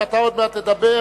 כשאתה עוד מעט תדבר,